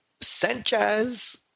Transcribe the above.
Sanchez